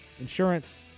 insurance